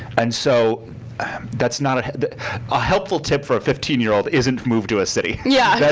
and so that's not a. a helpful tip for a fifteen year old isn't move to a city. yeah, yeah